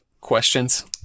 questions